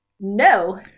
No